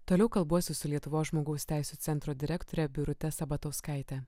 toliau kalbuosi su lietuvos žmogaus teisių centro direktore birute sabatauskaite